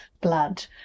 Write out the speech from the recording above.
blood